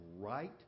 right